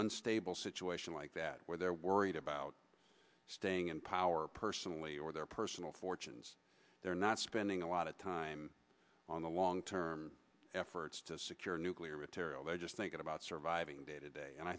unstable situation like that where they're worried about staying in power personally or their personal fortunes they're not spending a lot of time on the long term efforts to secure nuclear material they're just thinking about surviving day to day and i